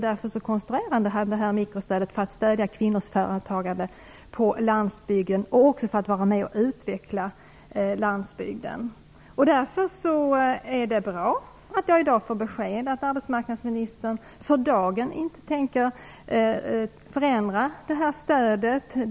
Därför konstruerade han det s.k. mikrostödet, för att stödja kvinnors företagande på landsbygden och också för att utveckla landsbygden. Det är därför bra att jag i dag får besked om att arbetsmarknadsministern för dagen inte tänker förändra detta stöd.